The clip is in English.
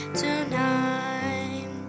tonight